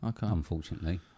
unfortunately